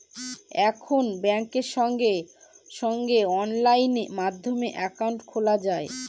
এখন ব্যাঙ্কে সঙ্গে সঙ্গে অনলাইন মাধ্যমে একাউন্ট খোলা যায়